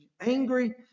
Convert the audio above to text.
angry